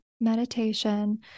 meditation